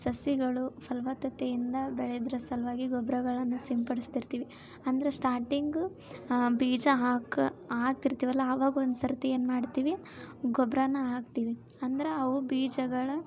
ಸಸಿಗಳು ಫಲವತ್ತತೆಯಿಂದ ಬೆಳೆಯೋದರ ಸಲುವಾಗಿ ಗೊಬ್ಬರಗಳನ್ನ ಸಿಂಪಡಿಸ್ತಿರ್ತೀವಿ ಅಂದ್ರೆ ಸ್ಟಾರ್ಟಿಂಗು ಬೀಜ ಹಾಕಿ ಹಾಕ್ತಿರ್ತೀವಲ್ಲ ಅವಾಗ ಒಂದುಸರ್ತಿ ಏನು ಮಾಡ್ತೀವಿ ಗೊಬ್ಬರಾನ ಹಾಕ್ತೀವಿ ಅಂದ್ರೆ ಅವು ಬೀಜಗಳು